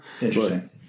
Interesting